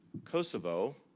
kosovo,